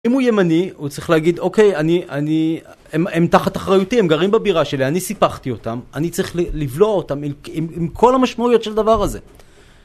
אם הוא ימני, הוא צריך להגיד אוקיי, אני אני , הם תחת אחריותי, הם גרים בבירה שלי, אני סיפחתי אותם, אני צריך לבלוע אותם עם עם כל המשמעויות של הדבר הזה.